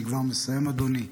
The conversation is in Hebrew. אני כבר מסיים, אדוני.